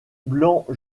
blanc